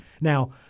now